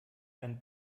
einen